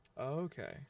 Okay